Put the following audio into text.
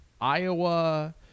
Iowa